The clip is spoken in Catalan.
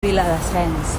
viladasens